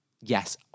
yes